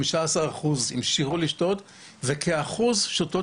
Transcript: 15 אחוזים המשיכו לשתות וכאחוז אחד